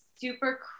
super